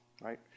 right